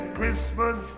Christmas